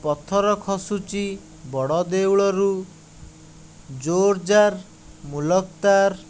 ପଥର ଖସୁଛି ବଡ଼ ଦେଉଳରୁ ଜୋର ଯାର ମୁଲକ ତା'ର